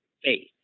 faith